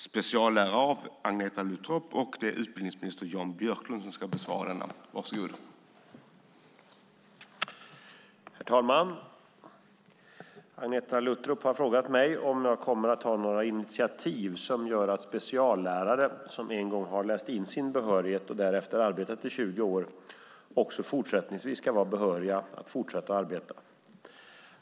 Herr talman! Agneta Luttropp har frågat mig om jag kommer att ta några initiativ som gör att speciallärare som en gång läst in sin behörighet och därefter arbetat i 20 år också fortsättningsvis ska vara behöriga att fortsätta arbeta.